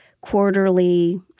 quarterly